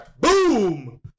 Boom